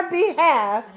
behalf